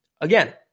Again